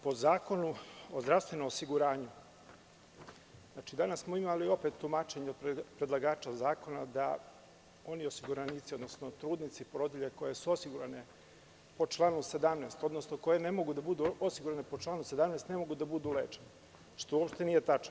Po Zakonu o zdravstvenom osiguranju, danas smo imali tumačenje od predlagača zakona da oni osiguranici, odnosno trudnice i porodilje koje su osigurane po članu 17, odnosno koje ne mogu da budu osigurane po članu 17. ne mogu da budu lečene, što nije tačno.